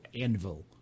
anvil